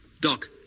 Doc